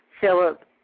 Philip